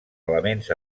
elements